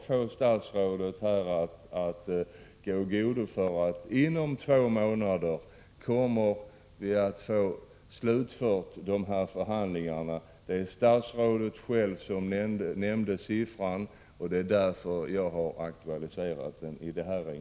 Kan statsrådet här gå i god för att förhandlingarna slutförs inom två månader? Statsrådet nämnde själv den tidsramen och det är därför som jag nu aktualiserar den.